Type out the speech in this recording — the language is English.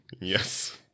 Yes